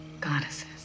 goddesses